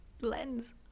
...lens